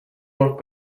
work